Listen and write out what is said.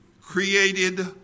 created